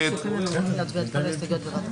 זו מידת הצניעות.